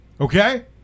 Okay